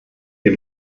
wir